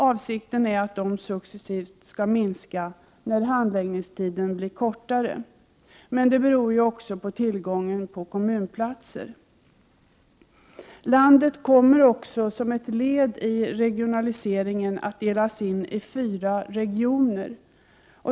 Avsikten är att antalet successivt skall minska när handläggningstiderna blir kortare, men det beror också på tillgången på kommunplatser. Landet kommer som ett led i regionaliseringen att delas in i fyra regioner.